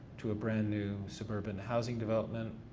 to a brand new suburban housing development.